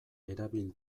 erabil